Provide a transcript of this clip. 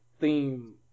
theme